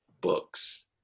books